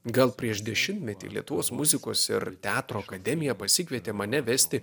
gal prieš dešimtmetį lietuvos muzikos ir teatro akademija pasikvietė mane vesti